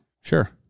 sure